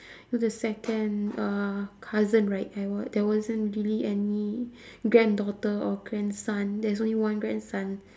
the second uh cousin right I wa~ there wasn't really any granddaughter or grandson there's only one grandson